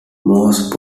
morse